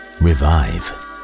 revive